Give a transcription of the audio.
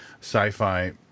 sci-fi